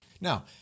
now